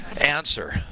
answer